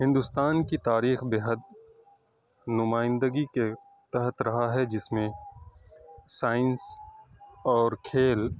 ہندوستان کی تاریخ بے حد نمائندگی کے تحت رہا ہے جس میں سائنس اور کھیل